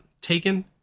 taken